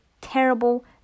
terrible